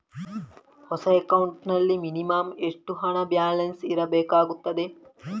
ಹೊಸ ಅಕೌಂಟ್ ನಲ್ಲಿ ಮಿನಿಮಂ ಎಷ್ಟು ಹಣ ಬ್ಯಾಲೆನ್ಸ್ ಇಡಬೇಕಾಗುತ್ತದೆ?